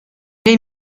les